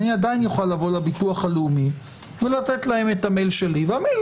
אני עדיין אוכל לבוא לביטוח הלאומי ולתת להם את המייל שלי ולמייל